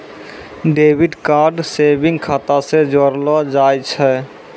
debit card savings खाता से जोड़लो जाय छै